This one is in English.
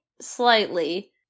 slightly